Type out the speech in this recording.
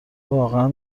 واقعا